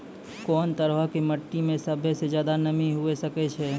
कोन तरहो के मट्टी मे सभ्भे से ज्यादे नमी हुये सकै छै?